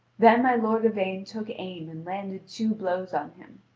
then my lord yvain took aim and landed two blows on him.